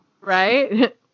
right